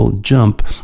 jump